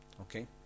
Okay